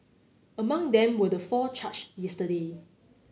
among them were the four charged yesterday